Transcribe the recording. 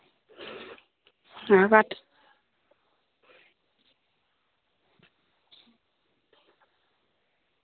पंजाह् घट्ट